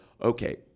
okay